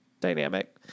dynamic